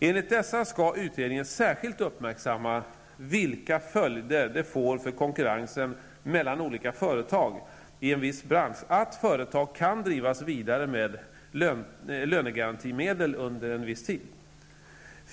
Enligt dessa skall utredningen särskilt uppmärksamma vilka följder det får för konkurrensen mellan olika företag i en viss bransch att företag kan drivas vidare med lönegarantimedel under en viss tid.